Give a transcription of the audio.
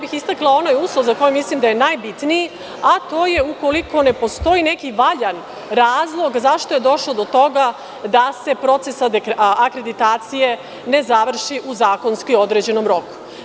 Istakla bih onaj uslov za koji mislim da je najbitniji, a to je ukoliko ne postoji neki valjan razlog zašto je došlo do toga da se proces akreditacije ne završi u zakonski određenom roku.